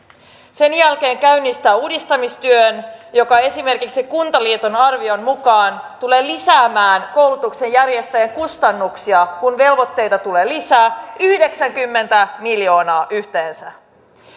sen jälkeen se käynnistää uudistamistyön joka esimerkiksi kuntaliiton arvion mukaan tulee lisäämään koulutuksen järjestäjien kustannuksia kun velvoitteita tulee lisää yhdeksänkymmentä miljoonaa yhteensä